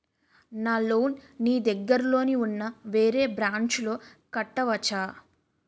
నా లోన్ నీ దగ్గర్లోని ఉన్న వేరే బ్రాంచ్ లో కట్టవచా?